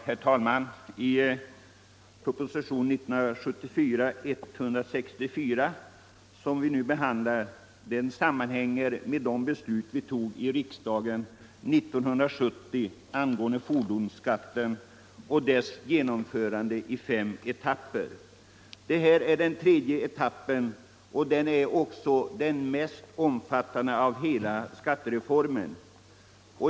Herr talman! Förslagen i propositionen 1974:164, som vi nu behandlar, sammanhänger med de beslut riksdagen fattade år 1970 angående fordonsskatten och dess genomförande i fem etapper. Det här är den tredje etappen, och den är också den mest omfattande av hela skattereformen.